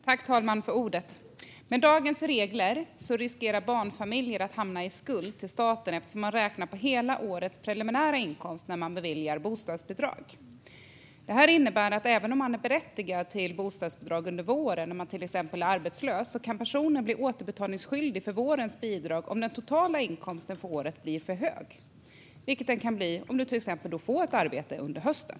Herr talman! Med dagens regler riskerar barnfamiljer att hamna i skuld till staten eftersom man räknar på hela årets preliminära inkomst när man beviljar bostadsbidrag. Detta innebär att människor, även om de är berättigade till bostadsbidrag under våren om de till exempel är arbetslösa, kan bli återbetalningsskyldiga för vårens bidrag om den totala inkomsten för året blir för hög, vilket den kan bli till exempel om de får ett arbete under hösten.